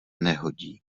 nehodí